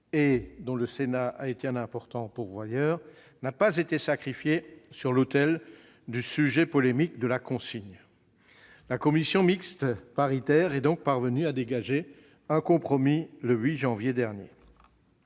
dont le Sénat a été un important pourvoyeur n'a pas été sacrifiée sur l'autel du sujet polémique de la consigne : la commission mixte paritaire est ainsi parvenue à dégager un compromis, le 8 janvier dernier.